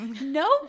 No